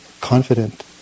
confident